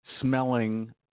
smelling